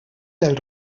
del